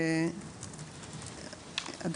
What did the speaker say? גם פה צריך להתאים את הנוסח כמו שתיקנו.